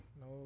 no